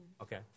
Okay